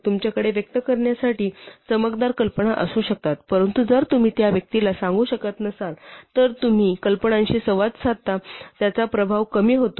तुमच्याकडे व्यक्त करण्यासाठी चमकदार कल्पना असू शकतात परंतु जर तुम्ही त्या व्यक्तीला सांगू शकत नसाल तर तुम्ही कल्पनांशी संवाद साधता त्याचा प्रभाव कमी होतो